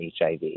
HIV